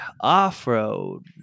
off-road